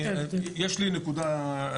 עכשיו אני נוגע בנקודה.